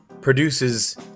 produces